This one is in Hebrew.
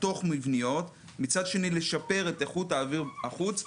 התוך מבניות ומצד שני לשפר את איכות האוויר בחוץ.